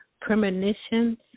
premonitions